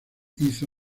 hizo